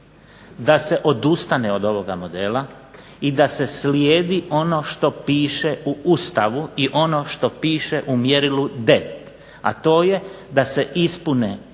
da se odustane od ovoga modela i da se slijedi ono što piše u Ustavu i ono što piše u mjerilu 9, a to je da se ispune